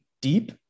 deep